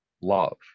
love